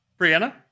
Brianna